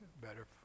better